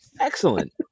Excellent